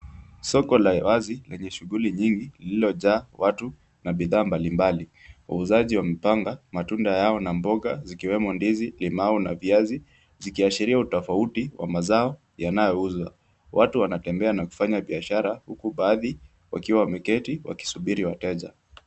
Soko la wazi lenye shughuli nyingi lililojaa watu na bidhaa mbalimbali, wauzaji wamepanga matunda yao na mboga zikiwemo ndizi, limau na viazi zikiashiria utofauti wa mazao yanayouzwa. Watu wanatembea na kufanya biashara huku baadhi wakiwa wameketi wakisubiri wateja.